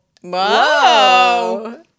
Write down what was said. whoa